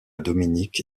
dominique